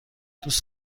دوست